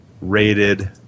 rated